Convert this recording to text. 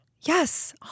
Yes